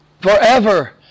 forever